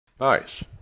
Nice